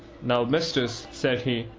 now, mistress, said he,